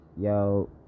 yo